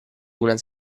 una